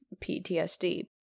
PTSD